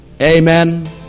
Amen